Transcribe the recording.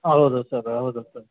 ಹೌದು ಸರ್ ಹೌದು ಸರ್